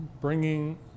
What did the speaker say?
bringing